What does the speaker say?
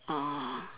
ah